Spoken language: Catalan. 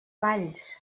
valls